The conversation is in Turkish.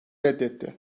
reddetti